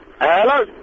Hello